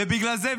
ובגלל זה,